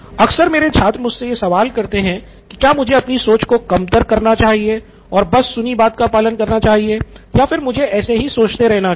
अक्सर मेरे छात्र मुझसे यह सवाल करते हैं की क्या मुझे अपनी सोच को कमतर करना चाहिए और बस सुनी बात का पालन करना चाहिए या फिर मुझे ऐसे ही सोचते रहना चाहिए